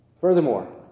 Furthermore